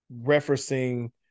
referencing